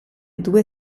due